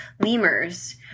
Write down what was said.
lemurs